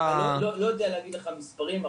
לא יודע להגיד לך מספרים,